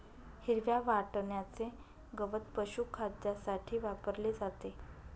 हिरव्या वाटण्याचे गवत पशुखाद्यासाठी वापरले जाते